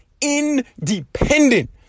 independent